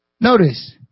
Notice